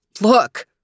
look